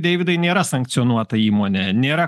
deividai nėra sankcionuota įmonė nėra